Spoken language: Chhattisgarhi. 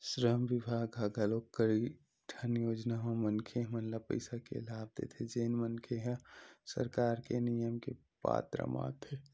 श्रम बिभाग ह घलोक कइठन योजना म मनखे मन ल पइसा के लाभ देथे जेन मनखे मन ह सरकार के नियम के पात्र म आथे